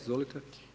Izvolite.